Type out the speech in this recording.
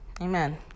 Amen